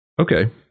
Okay